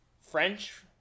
French